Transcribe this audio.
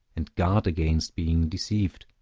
and guard against being deceived.